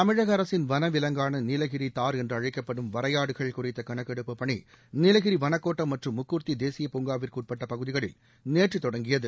தமிழக அரசின் வனவிலங்கான நீலகிரி தாா் என்று அழைக்கப்படும் வரையாடுகள் குறித்த கணக்கெடுப்பு பணி நீலகிரி வன கோட்டம் மற்றும் மூக்குர்த்தி தேசிய பூங்காவிற்கு உட்பட்ட பகுதிகளில் நேற்று தொடங்கியது